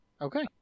Okay